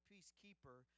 peacekeeper